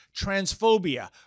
transphobia